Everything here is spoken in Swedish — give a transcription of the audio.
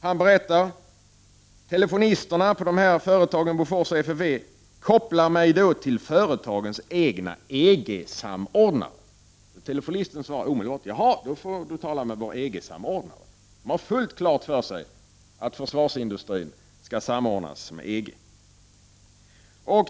Han berättar att telefonisterna på företagen Bofors och FFV kopplade honom till företagens egna EG-samordnare. Telefonisten svarade omedelbart att han skulle få tala med företagets EG-samordnare. Företagen har fullt klart för sig att försvars 45 industrin skall samordnas med EG.